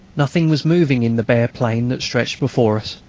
nothing was moving in the bare plain that stretched before us.